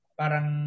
parang